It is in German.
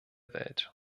welt